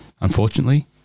Unfortunately